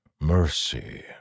Mercy